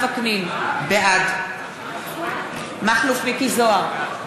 בעד מכלוף מיקי זוהר,